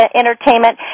entertainment